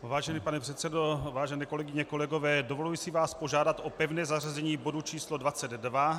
Vážený pane předsedo, vážené kolegyně, kolegové, dovoluji si vás požádat o pevné zařazení bodu číslo 22.